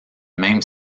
même